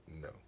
No